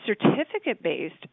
certificate-based